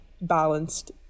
balanced